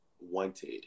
wanted